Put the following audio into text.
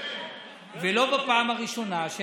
ולא בפעם הראשונה,